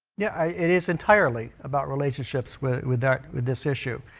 yeah it is entirely about relationships with with that with this issue